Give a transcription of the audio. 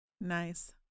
Nice